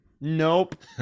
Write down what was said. Nope